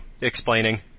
explaining